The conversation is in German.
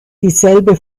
dieselbe